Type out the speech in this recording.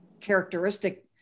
characteristic